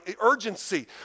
urgency